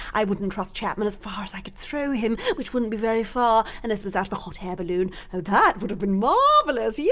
i wouldn't trust chapman as far as i could throw him which wouldn't be very far. unless it was out of a hot air balloon oh, that would have been marvellous. yeah